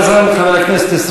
תודה לחבר הכנסת חזן.